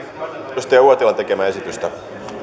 edustaja uotilan tekemä esitystä